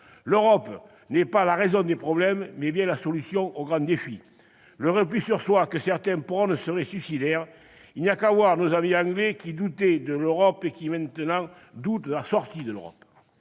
L'Europe est non pas la raison des problèmes, mais bien la solution aux grands défis. Le repli sur soi que certains prônent serait suicidaire. Il n'y a qu'à voir nos amis britanniques qui doutaient hier de l'Europe et qui doutent aujourd'hui de la sortie de l'Europe.